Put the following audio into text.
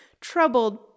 troubled